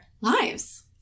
lives